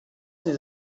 sie